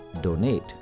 DONATE